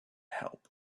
help